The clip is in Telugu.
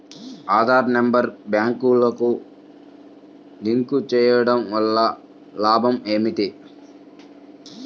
ఆధార్ నెంబర్ బ్యాంక్నకు లింక్ చేయుటవల్ల లాభం ఏమిటి?